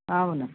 అవును